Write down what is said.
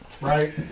right